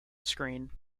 screen